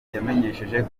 yamenyesheje